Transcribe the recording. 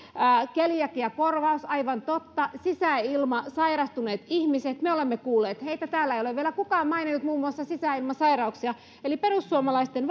keliakiakorvaus aivan totta sisäilmasairastuneet ihmiset me olemme kuulleet heitä täällä ei ole vielä kukaan maininnut muun muassa sisäilmasairauksia eli perussuomalaisten